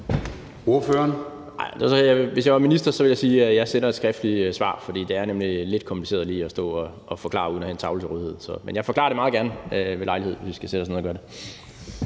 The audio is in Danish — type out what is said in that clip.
Hvis jeg var minister, ville jeg sige, at jeg sender et skriftligt svar, for det er nemlig lidt kompliceret lige at stå og forklare uden at have en tavle til rådighed. Men jeg forklarer det meget gerne ved en lejlighed, hvor vi kan sætte os ned og gøre det.